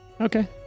Okay